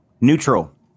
neutral